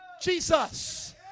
Jesus